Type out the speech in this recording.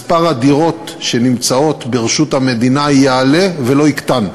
מספר הדירות שנמצאות ברשות המדינה יעלה ולא יקטן.